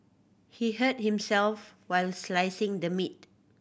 he hurt himself while slicing the meat